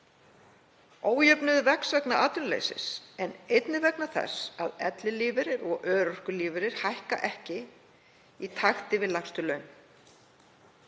Ójöfnuður vex vegna atvinnuleysis, en einnig vegna þess að ellilífeyrir og örorkulífeyrir hækka ekki í takti við lægstu laun.